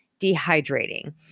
dehydrating